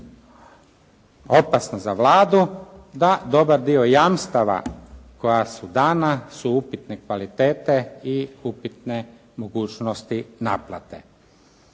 opasna za Vladu da dobar dio jamstava koja su dana su upitne kvalitete i upitne mogućnosti naplate.